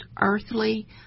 earthly